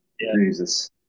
Jesus